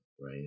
right